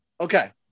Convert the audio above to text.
Okay